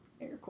Air